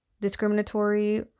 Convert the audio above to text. discriminatory